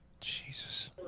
Jesus